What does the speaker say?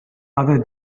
other